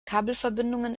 kabelverbindungen